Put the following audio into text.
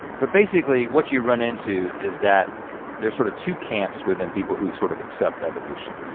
but basically, what you run into is that there's sort of two camps within people who sort of accept evolution.